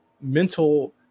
mental